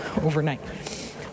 overnight